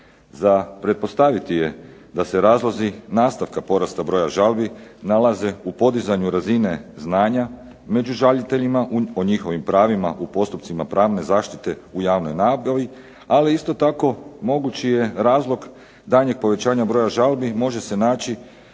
Za pretpostaviti je da se razlozi nastavka porasta broja žalbi nalaze u podizanju razine znanja među žaliteljima, o njihovim pravima u postupcima pravne zaštite u javnoj nabavi ali isto tako mogući je razlog daljnjeg povećanja broja žalbi može se naći